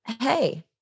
hey